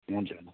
हुन्च